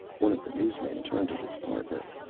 one of the newsmen turned to his partner.